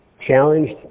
challenged